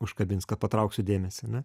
užkabins kad patrauks jų dėmesį ar ne